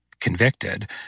convicted